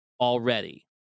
already